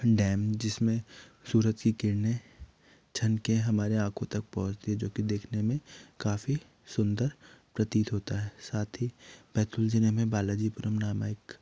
dam जिसमें सूरज कि किरणें छनके हमारे आँखों तक पहुँचती है जो कि देखने में काफ़ी सुन्दर प्रतीत होता है साथ ही बैतूल जिले में बालाजी पुरम नामक एक